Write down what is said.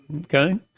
Okay